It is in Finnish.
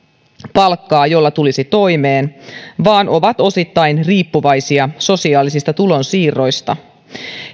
palkkaa jolla tulisi toimeen vaan ovat osittain riippuvaisia sosiaalisista tulonsiirroista